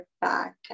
back